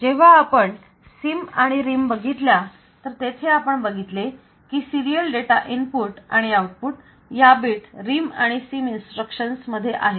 जेव्हा आपण SIM आणि RIM बघितल्या तर तेथे आपण बघितले कि सिरीयल डेटा इनपुट आणि आउटपुट या बीट RIM आणि SIM इन्स्ट्रक्शन्स मध्ये आहेत